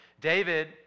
David